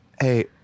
hey